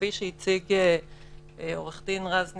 כפי שהציג עורך הדין רז נזרי,